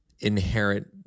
inherent